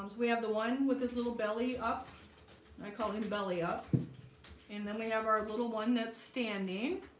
we have the one with his little belly up i call him belly up and then we have our little one that's standing